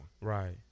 Right